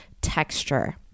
texture